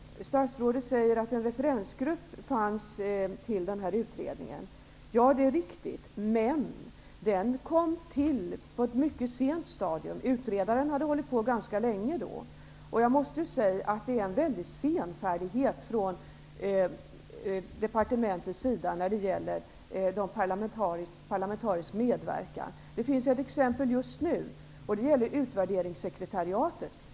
Statsrådet säger att en referensgrupp var knuten till denna utredning. Ja, det är riktigt. Men den kom till på ett mycket sent stadium. Utredaren hade då hållit på ganska länge. Det är en stor senfärdighet från departementet när det gäller parlamentarisk medverkan. Det finns ett exempel på detta just nu. Det gäller utvärderingssekretariatet.